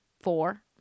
four